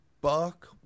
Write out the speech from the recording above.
buck